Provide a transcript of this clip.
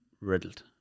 riddled